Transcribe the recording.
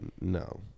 No